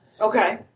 Okay